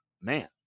Man